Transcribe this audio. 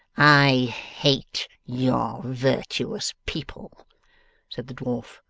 i hate your virtuous people said the dwarf,